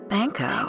Banco